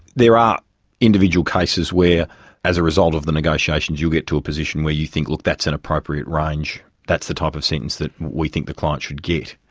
there are individual cases where as a result of the negotiations you will get to a position where you think, look, that's an appropriate range, that's the type of sentence that we think the client should get.